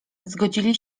zgodzili